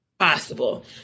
Possible